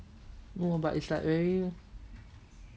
no but it's like very